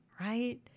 right